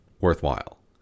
worthwhile